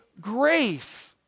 grace